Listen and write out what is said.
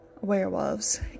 werewolves